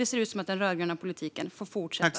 Det ser ut som att den rödgröna politiken får fortsätta.